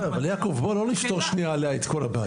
אבל, יעקב, בוא לא נפתור שנייה עליה את כל הבעיות.